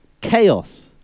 Chaos